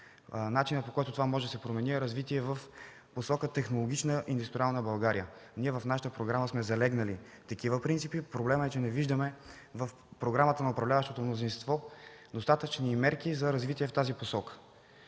Начинът, по който това може да се промени е развитие в посока технологична, индустриална България. В нашата програма сме заложили такива принципи – проблемът е, че не виждаме в програмата на управляващото мнозинство достатъчни мерки за развитие в тази посока.